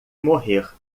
morrer